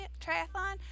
triathlon